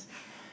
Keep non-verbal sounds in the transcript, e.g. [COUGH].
[BREATH]